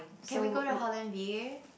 can we go to Holland-V